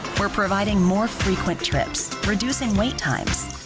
we're providing more frequent trips, reducing wait times,